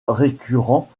récurrent